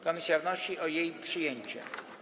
Komisja wnosi o jej przyjęcie.